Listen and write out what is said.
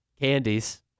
candies